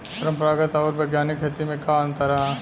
परंपरागत आऊर वैज्ञानिक खेती में का अंतर ह?